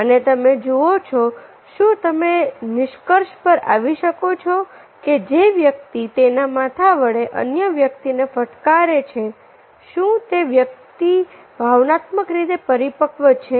અને તમે જુઓ છો શું તમે નિષ્કર્ષ પર આવી શકો છો કે જે વ્યક્તિ તેના માથા વડે અન્ય વ્યક્તિને ફટકારે છે શું તે વ્યક્તિ ભાવનાત્મક રીતે પરિપક્વ છે